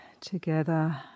together